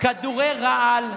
כדורי רעל,